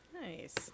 Nice